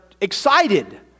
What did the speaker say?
excited